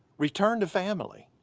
return to family.